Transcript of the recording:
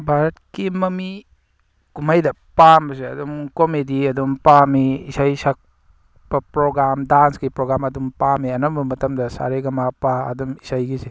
ꯚꯥꯔꯠꯀꯤ ꯃꯃꯤ ꯀꯨꯝꯍꯩꯗ ꯄꯥꯝꯕꯁꯦ ꯑꯗꯨꯝ ꯀꯣꯃꯦꯗꯤ ꯑꯗꯨꯝ ꯄꯥꯝꯃꯤ ꯏꯁꯩ ꯁꯛꯄ ꯄ꯭ꯔꯣꯒꯥꯝ ꯗꯥꯟꯁꯀꯤ ꯄ꯭ꯔꯣꯒꯥꯝ ꯑꯗꯨꯝ ꯄꯥꯝꯃꯤ ꯑꯅꯝꯕ ꯃꯇꯝꯗ ꯁꯥ ꯔꯦ ꯒꯥ ꯃꯥ ꯄꯥ ꯑꯗꯨꯝ ꯏꯁꯩꯒꯤꯁꯦ